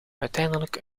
uiteindelijk